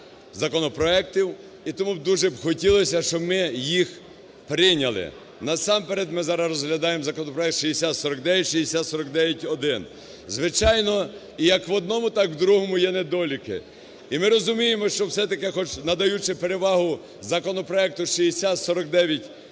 законопроектів. І тому дуже б хотілося, щоб ми їх прийняли. Насамперед ми зараз розглядаємо законопроект 6049, 6049-1. Звичайно, як в одному, так в другому є недоліки. І ми розуміємо, що все-таки хоч надаючи перевагу законопроекту 6049-1,